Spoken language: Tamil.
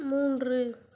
மூன்று